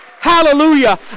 Hallelujah